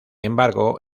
embargo